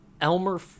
Elmer